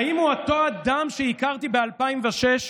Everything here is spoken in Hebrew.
האם הוא אותו אדם שהכרתי ב-2006,